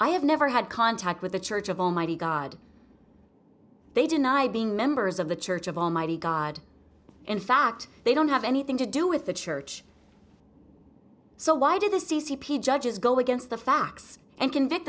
i have never had contact with the church of almighty god they denied being members of the church of almighty god in fact they don't have anything to do with the church so why did the c c p judges go against the facts and convict